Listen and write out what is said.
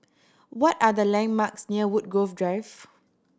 what are the landmarks near Woodgrove Drive